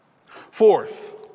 Fourth